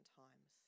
times